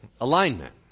Alignment